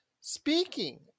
Speaking